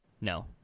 No